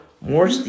more